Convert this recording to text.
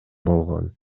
болгон